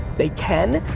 they can.